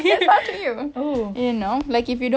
have to work for the money it's what you're saying